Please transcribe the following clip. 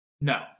no